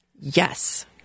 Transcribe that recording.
Yes